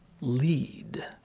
lead